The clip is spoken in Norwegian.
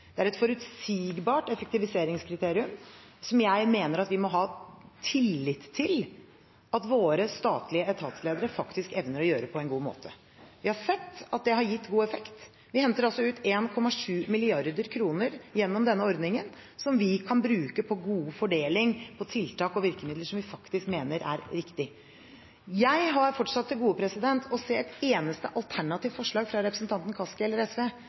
Det er et forutsigbart effektiviseringskriterium som jeg mener vi må ha tillit til at våre statlige etatsledere faktisk evner å gjøre på en god måte. Vi har sett at det har gitt god effekt. Vi henter altså ut 1,7 mrd. kr gjennom denne ordningen, som vi kan bruke på god fordeling, på tiltak og virkemidler som vi faktisk mener er viktige. Jeg har fortsatt til gode å se et eneste alternativt forslag fra representanten Kaski eller SV